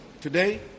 Today